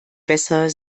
besser